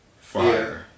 Fire